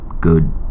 good